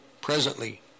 presently